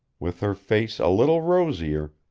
with her face a little rosier,